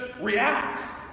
reacts